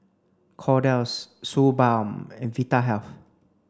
Kordel's Suu balm and Vitahealth